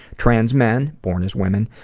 trans men, born as women,